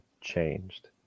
changed